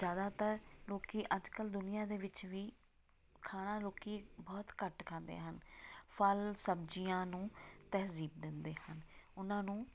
ਜ਼ਿਆਦਾਤਰ ਲੋਕ ਅੱਜ ਕੱਲ ਦੁਨੀਆ ਦੇ ਵਿੱਚ ਵੀ ਖਾਣਾ ਲੋਕ ਬਹੁਤ ਘੱਟ ਖਾਂਦੇ ਹਨ ਫਲ ਸਬਜ਼ੀਆਂ ਨੂੰ ਤਹਿਜ਼ੀਬ ਦਿੰਦੇ ਹਨ ਉਹਨਾਂ ਨੂੰ